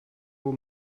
will